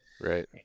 right